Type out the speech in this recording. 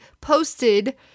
posted